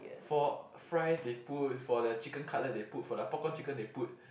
for fries they put for their chicken cutlet they put for their popcorn chicken they put